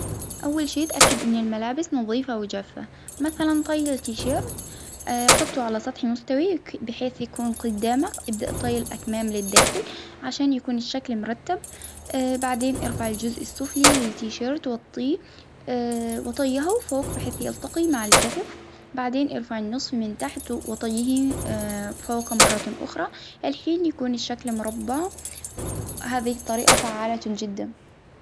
أول شي تأكد أن الملابس نظيفة وجافة، مثلا طي التيشرت حطه على سطح مستوي بحيث يكون قدامه، إبدأ طي الأكمام للداخل، عشان يكون الشكل مرتب، بعدين إرفع الجزء السفلي للتيشيرت ، وطيها وفوق بحيث يلتقي مع الكتف، بعدين إرفع النصف من تحت وطيه فوق مرة أخرى، الحين يكون الشكل مربع هذه الطريقة فعالة جدا.